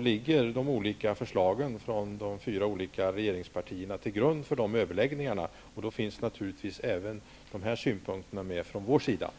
ligger självfallet de olika förslagen från de fyra olika regeringspartierna. Då finns naturligtvis även dessa synpunkter från vår sida med.